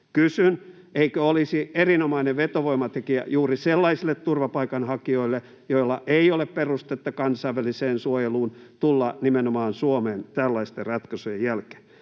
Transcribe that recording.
Kysyn: eikö olisi erinomainen vetovoimatekijä juuri sellaisille turvapaikanhakijoille, joilla ei ole perustetta kansainväliseen suojeluun, tulla nimenomaan Suomeen tällaisten ratkaisujen jälkeen?